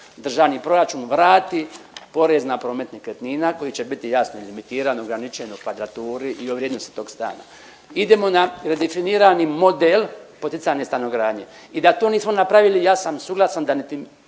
državni proračun vrati porez na promet nekretnina koji će biti javno limitiran, ograničen u kvadraturi i o vrijednosti tog stana. Idemo na redefinirani model poticajne stanogradnje i da to nismo napravili, ja sam suglasan da